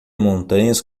montanhas